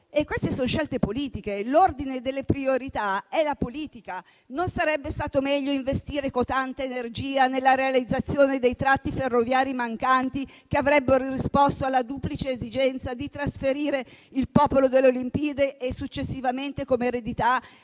Queste sono scelte politiche; l'ordine delle priorità lo dà la politica. Non sarebbe stato meglio investire cotanta energia nella realizzazione dei tratti ferroviari mancanti, che avrebbero risposto alla duplice esigenza di trasferire il popolo delle Olimpiadi e successivamente, come eredità,